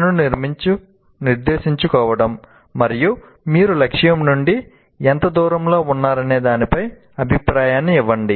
లను నిర్దేశించుకోవడం మరియు మీరు లక్ష్యం నుండి ఎంత దూరంలో ఉన్నారనే దానిపై అభిప్రాయాన్ని ఇవ్వడం